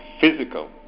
physical